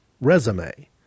resume